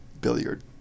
billiard